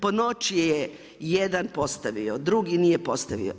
Po noći je jedan postavio, drugi nije postavio.